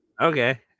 Okay